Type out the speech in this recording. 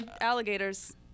alligators